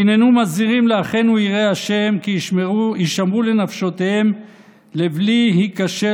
והיננו מזהירים לאחינו יראי השם כי יישמרו לנפשותיהם לבלי היכשל,